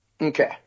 okay